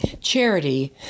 charity